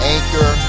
Anchor